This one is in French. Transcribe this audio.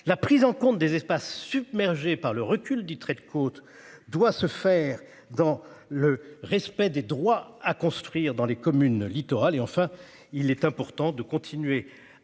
La prise en compte des espaces submergé par le recul du trait de côte doit se faire dans le respect des droits à construire dans les communes littorales et enfin il est important de continuer